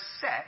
set